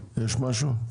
יש משהו?